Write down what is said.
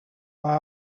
buy